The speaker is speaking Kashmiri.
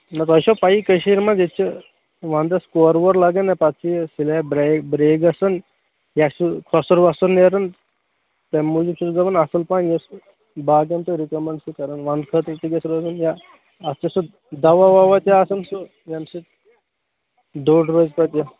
نہَ تۄہہِ چھَو پَیی کٔشیٖر مَنٛز ییٚتہِ چھِ وَنٛدَس کورٕ وورٕ لَگان نا پَتہٕ چھِ یہِ سلیب برٛایک برٛیک گَژھان یا چھُ سُہ کھوٚسُر ووٚسُر نیران تَمہِ موٗجوٗب چھُس بہٕ دَپان اَصٕل پَہَن یُس سُہ باقین تہِ رِکَمنٛڈ چھِو کَران وَنٛدٕ خٲطرٕ تہِ گَژھِ روزُن یا اَتھ چھُ سُہ دوا وَوا تہِ آسان سُہ ییٚمہِ سۭتۍ دوٚر روز پتہٕ یہِ